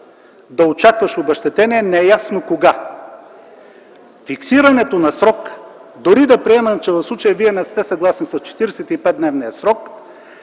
да чакаш обезщетение неясно кога. Фиксирането на срок, дори да приемем, че в случая не сте съгласен с 45-дневния срок,